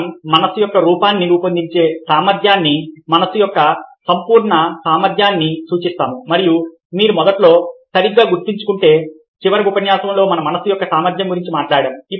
మనం మనస్సు యొక్క రూపాన్ని రూపొందించే సామర్థ్యాన్ని మనస్సు యొక్క సంపూర్ణ సామర్థ్యాన్ని సూచిస్తాము మరియు మీరు మొదట్లో సరిగ్గా గుర్తుంచుకుంటే చివరి ఉపన్యాసంలో మన మనస్సు యొక్క సామర్థ్యం గురించి మాట్లాడాము